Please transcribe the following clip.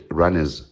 runners